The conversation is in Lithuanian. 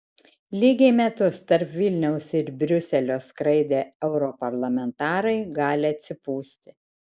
lygiai metus tarp vilniaus ir briuselio skraidę europarlamentarai gali atsipūsti